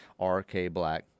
RKBlack